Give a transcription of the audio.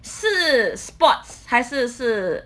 是 sports 还是是